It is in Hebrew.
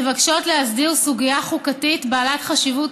מבקשות להסדיר סוגיה חוקתית בעלת חשיבות